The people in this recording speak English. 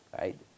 right